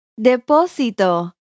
depósito